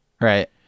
Right